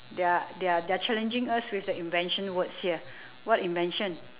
they're they're they're challenging us with the invention words here what invention